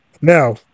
Now